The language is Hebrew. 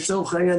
לצורך העניין,